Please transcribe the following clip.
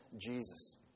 Jesus